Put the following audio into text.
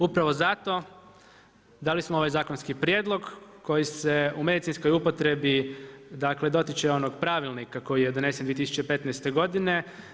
Upravo zato, dali smo ovaj zakonski prijedlog koji se u medicinskoj upotrijebi dotiče onog pravilnika koji je donošen 2015. godine.